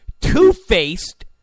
two-faced